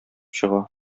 чыга